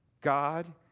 God